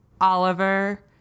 Oliver